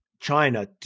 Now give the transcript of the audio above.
China